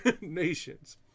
nations